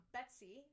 Betsy